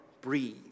breathe